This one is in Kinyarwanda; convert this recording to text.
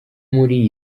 muri